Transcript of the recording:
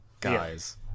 guys